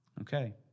Okay